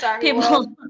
People